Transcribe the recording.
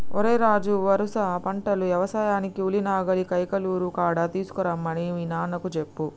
ఓరై రాజు వరుస పంటలు యవసాయానికి ఉలి నాగలిని కైకలూరు కాడ తీసుకురమ్మని మీ నాన్నకు చెప్పు